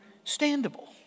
Understandable